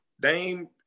Dame